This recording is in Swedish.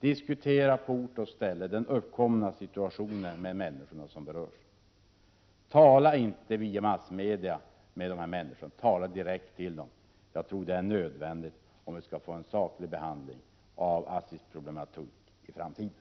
Diskutera på ort och ställe den uppkomna situationen med människorna som berörs! Tala inte avälföerks Ke För E : F 3 i rksrörelsen, med de här människorna via massmedia — tala direkt till dem! Jag tror detta är 3 feg nödvändigt om vi skall få en saklig behandling av ASSI:s problematik i framtiden.